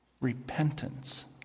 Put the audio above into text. repentance